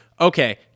Okay